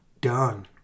done